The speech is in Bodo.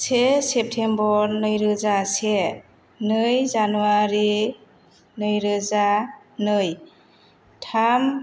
से सेप्तेम्बर नैरोजा से नै जानुवारि नैरोजा नै थाम